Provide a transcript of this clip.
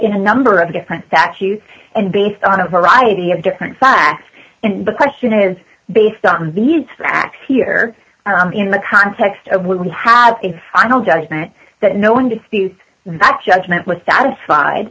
in a number of different statutes and based on a variety of different facts and the question is based on these facts here in the context of what we have a final judgment that no one disputes that judgment was satisfied